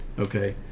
okay.